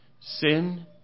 Sin